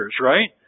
right